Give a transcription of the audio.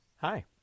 Hi